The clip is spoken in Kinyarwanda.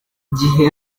gihe